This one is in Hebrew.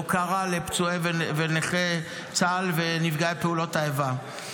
הוקרה לפצועי ונכי צה"ל ונפגעי פעולות האיבה.